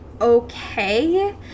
okay